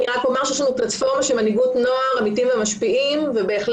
אני רק אומר שיש לנו פלטפורמה של מנהיגות נוער משפיעים ובהחלט